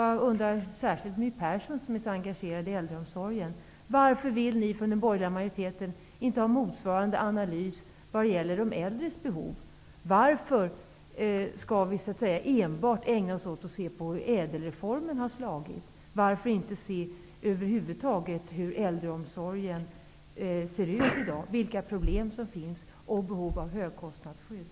Jag skulle vilja fråga My Persson, som är så angelägen om äldreomsorgen: Varför vill ni från den borgerliga majoriteten inte ha motsvarande analys när det gäller de äldres behov? Varför skall vi enbart ägna oss åt att se på hur ÄDEL-reformen slagit ut? Varför inte se över huvud taget hur äldreomsorgen ser ut i dag, vilka problem som finns och behovet av högkostnadsskydd?